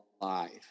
life